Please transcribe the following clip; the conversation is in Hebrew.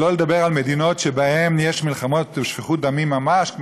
שלא לדבר על מדינות שבהן יש מלחמות ושפיכות דמים ממש,